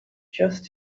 just